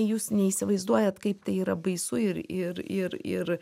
jūs neįsivaizduojat kaip tai yra baisu ir ir ir ir